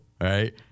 right